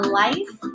life